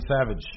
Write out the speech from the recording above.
Savage